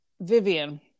Vivian